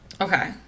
Okay